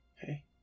Hey